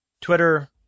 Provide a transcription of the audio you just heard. Twitter